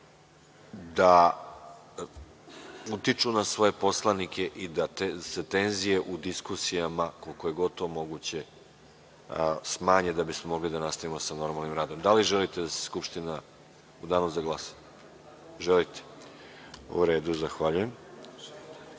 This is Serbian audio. da utiču na svoje poslanike i da se tenzije u diskusijama, koliko god je to moguće, smanje da bismo mogli da nastavimo sa normalnim radom. Da li želite da se Skupština izjasni u danu za glasanje? Želite. U redu. Zahvaljujem. Reč